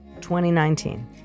2019